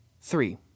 Three